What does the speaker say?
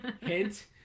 Hint